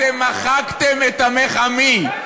אתם מחקתם את "עמך עמי".